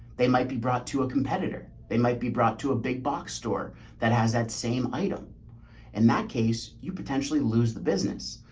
they might be brought to a competitor. they might be brought to a big box store that has that same item and that case you potentially lose the business.